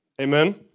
Amen